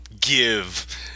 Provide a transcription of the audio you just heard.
give